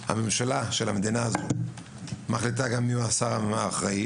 ממשלת המדינה הזאת מחליטה גם מי יהיה השר האחראי.